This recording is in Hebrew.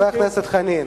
חבר הכנסת חנין.